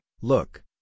Look